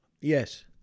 Yes